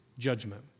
Judgment